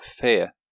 fear